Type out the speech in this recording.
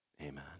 Amen